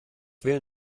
will